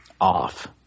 off